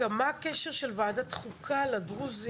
גם מה הקשר של ועדת חוקה לדרוזים.